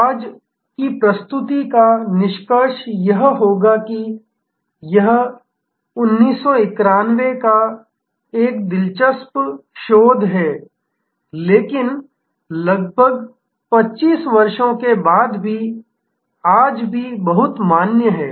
आज की प्रस्तुति का निष्कर्ष यह होगा कि यह 1991 का एक दिलचस्प शोध है लेकिन लगभग 25 वर्षों के बाद भी आज भी बहुत मान्य है